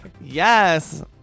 Yes